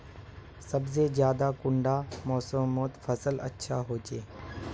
सबसे ज्यादा कुंडा मोसमोत फसल अच्छा होचे?